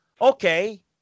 Okay